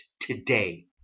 today